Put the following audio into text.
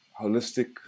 holistic